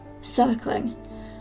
Circling